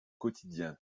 quotidien